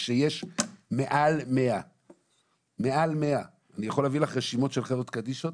כשיש מעל 100. אני יכול להביא לך רשימות של חברות קדישא,